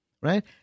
right